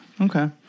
okay